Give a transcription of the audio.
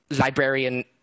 librarian